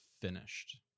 finished